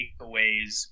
takeaways